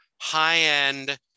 high-end